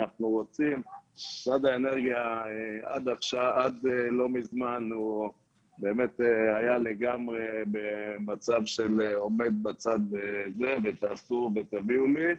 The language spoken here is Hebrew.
משרד האנרגיה עד לא מזמן היה לגמרי במצב של עומד בצד ותביאו לי,